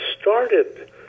started